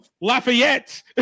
Lafayette